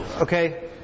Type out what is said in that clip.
Okay